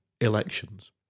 elections